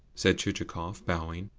said chichikov, bowing,